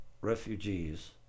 refugees